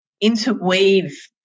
interweave